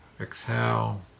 exhale